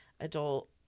adult